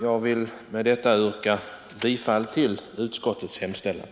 Jag vill med detta yrka bifall till utskottets hemställan.